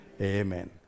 Amen